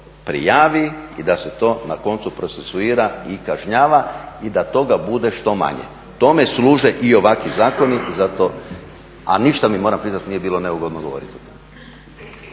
prijavi i da se to na koncu procesuira i kažnjava i da toga bude što manje. Tome služe i ovakvi zakoni, a ništa mi moram priznati nije bilo neugodno govoriti.